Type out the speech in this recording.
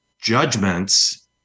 judgments